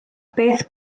beth